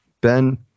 Ben